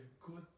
good